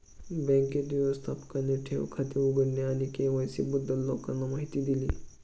बँकेच्या व्यवस्थापकाने ठेव खाते उघडणे आणि के.वाय.सी बद्दल लोकांना माहिती दिली